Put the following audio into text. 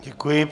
Děkuji.